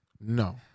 no